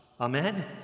Amen